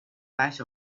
flash